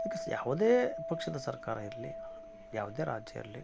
because ಯಾವುದೆ ಪಕ್ಷದ ಸರ್ಕಾರ ಇರಲಿ ಯಾವುದೆ ರಾಜ್ಯ ಇರಲಿ